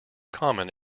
common